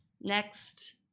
next